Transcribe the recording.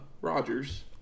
Rogers